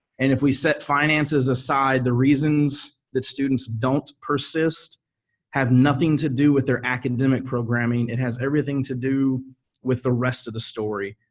and if we set finances aside, the reasons that students don't persist have nothing to do with their academic programming. it has everything to do with the rest of the story,